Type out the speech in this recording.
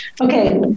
okay